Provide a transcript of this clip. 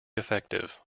effective